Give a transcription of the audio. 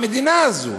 המדינה הזו